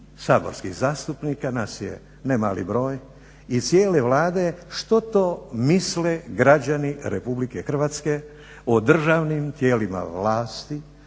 saborskih zastupnika, nas je nemali broj, i cijele Vlade što to misle građani RH o državnim tijelima vlasti